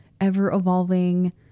ever-evolving